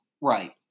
right